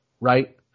right